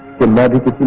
the matter